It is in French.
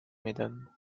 mesdames